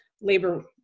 labor